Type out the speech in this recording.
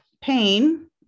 pain